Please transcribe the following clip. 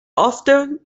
often